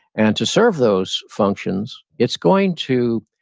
and to serve those functions, it's going to,